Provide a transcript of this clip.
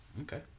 Okay